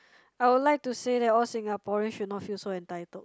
I would like to say that all Singaporean should not feel so entitled